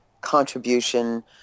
contribution